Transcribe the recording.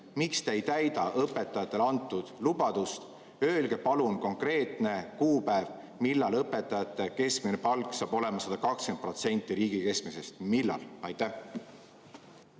miks te ei täida õpetajatele antud lubadust? Öelge palun konkreetne kuupäev, millal õpetajate keskmine palk saab olema 120% võrreldes riigi keskmisega. Millal? Austatud